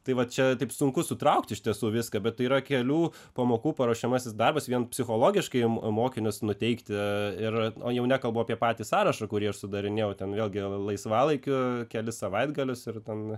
tai va čia taip sunku sutraukti iš tiesų viską bet tai yra kelių pamokų paruošiamasis darbas vien psichologiškai mokinius nuteikti ir o jau nekalbu apie patį sąrašą kurį aš sudarinėjau ten vėlgi o laisvalaikiu kelis savaitgalius ir ten